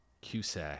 Cusack